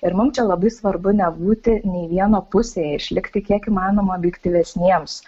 ir mum čia labai svarbu nebūti nei vieno pusėje ir išlikti kiek įmanoma objektyvesniems